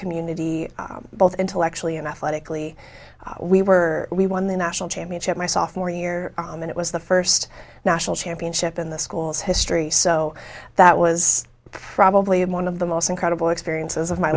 community both intellectually and athletically we were we won the national championship my sophomore year and it was the first national championship in the school's history so that was probably one of the most incredible experiences of my